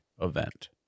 event